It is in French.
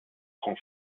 prend